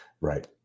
Right